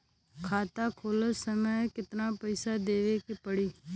खाता खोलत समय कितना पैसा देवे के पड़ी?